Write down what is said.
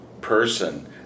person